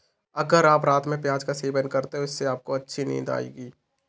अगर आप रात में प्याज का सेवन करते हैं तो इससे आपको अच्छी नींद आएगी